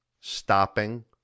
stopping